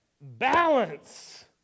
balance